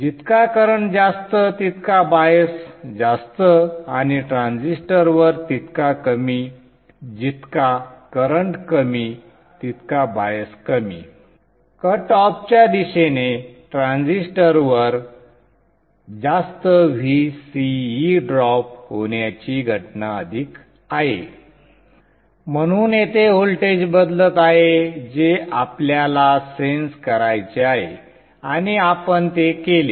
जितका करंट ज्यास्त तितका बायस ज्यास्त आणि ट्रान्झिस्टर वर तितका कमी जितका करंट कमी तितका बायस कमीकट ऑफच्या दिशेने ट्रान्झिस्टरवर जास्त Vce ड्रॉप होण्याची घटना अधिक आहे म्हणून येथे व्होल्टेज बदलत आहे जे आपल्याला सेन्स करायचे आहे आणि आपण ते केले